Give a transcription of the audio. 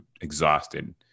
exhausted